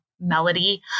melody